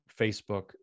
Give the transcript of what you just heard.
Facebook